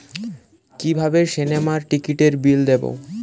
কিভাবে সিনেমার টিকিটের বিল দেবো?